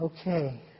Okay